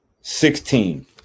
sixteen